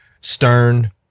stern